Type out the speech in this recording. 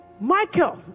Michael